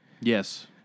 Yes